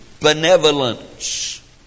benevolence